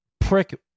prick